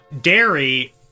dairy